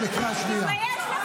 את בקריאה ראשונה.